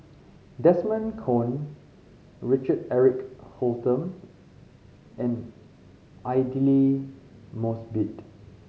Desmond Kon Richard Eric Holttum and Aidli Mosbit